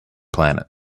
planet